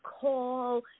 call